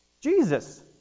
Jesus